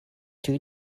two